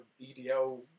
EDL